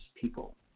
people